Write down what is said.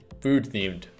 food-themed